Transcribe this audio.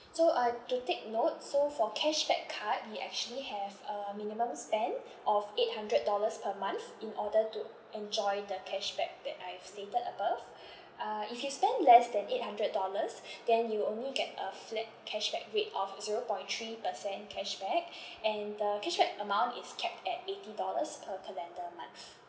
so uh do take note so for cashback card we actually have a minimum spend of eight hundred dollars per month in order to enjoy the cashback that I've stated above uh if you spend less than eight hundred dollars then you will only get a flat cashback rate of zero point three percent cashback and uh cashback amount is capped at eighty dollars per calendar month